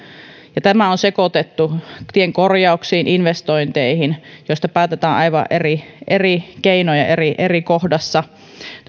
tämä on sekoitettu tien korjauksiin investointeihin joista päätetään aivan eri eri keinoin ja eri kohdassa